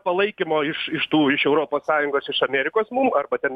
palaikymo iš iš tų iš europos sąjungos iš amerikos mum arba ten